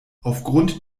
aufgrund